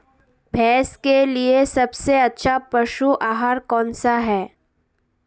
भैंस के लिए सबसे अच्छा पशु आहार कौनसा है?